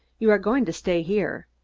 you are going to stay here.